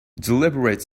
deliberate